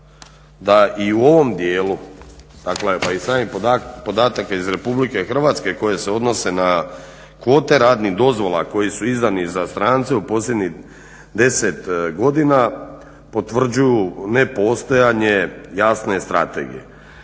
da i u ovom dijelu, dakle iz samih podataka iz Republike Hrvatske koje se odnose na kvote radnih dozvola koji su izdani za strance u posljednjih 10 godina potvrđuju nepostojanje jasne strategije.